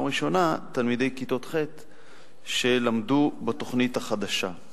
הראשונה תלמידי כיתות ח' שלמדו בתוכנית החדשה.